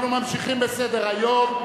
אנחנו ממשיכים בסדר-היום.